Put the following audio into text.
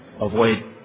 avoid